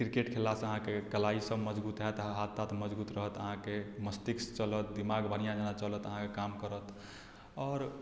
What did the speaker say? cricket खेललासँ अहाँके कलाईसभ मजबूत होयत हाथ ताथ मजबूत रहत अहाँके मस्तिष्क चलत दिमाग बढ़िआँ जेना चलत अहाँके काम करत आओर